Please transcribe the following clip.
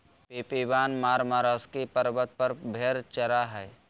Pip Ivan Maramorosky पर्वत पर भेड़ चरा हइ